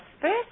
first